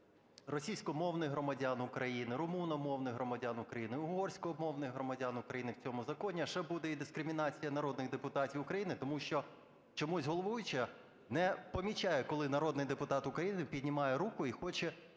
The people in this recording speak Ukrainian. російськомовних громадян України, румуномовних громадян України, угорськомовних громадян України в цьому законі, а ще буде і дискримінація народних депутатів України, тому що чомусь головуюча не помічає, коли народний депутат України піднімає руку і хоче